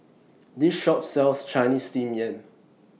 This Shop sells Chinese Steamed Yam